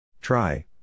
Try